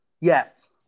Yes